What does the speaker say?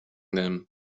them